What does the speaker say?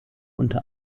unter